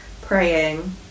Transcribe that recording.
praying